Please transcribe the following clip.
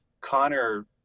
Connor